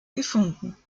gefunden